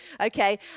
okay